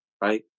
right